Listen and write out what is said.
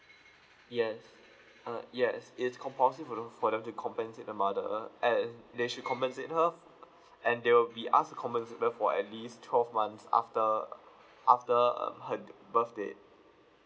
yes uh yes it's compulsary for the for them to compensate the mother and they should compensate her and they will be asked to compensate her for at least twelve months after uh after um her birth date